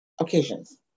occasions